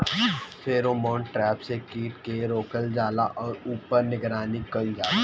Pheromone trap से कीट के रोकल जाला और ऊपर निगरानी कइल जाला?